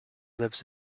lives